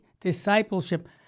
discipleship